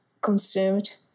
consumed